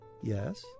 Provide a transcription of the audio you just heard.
yes